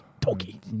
Toki